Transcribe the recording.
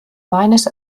meines